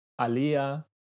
Alia